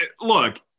look